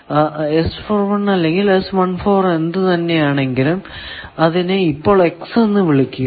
അത് അല്ലെങ്കിൽ എന്ത് ആണെങ്കിലും അതിനെ ഇപ്പോൾ x എന്ന് വിളിക്കുക